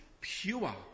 pure